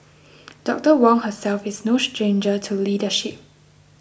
Doctor Wong herself is no stranger to leadership